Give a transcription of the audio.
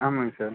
ஆமாங்க சார்